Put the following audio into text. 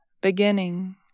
beginning